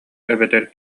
эбэтэр